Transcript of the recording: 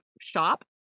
shop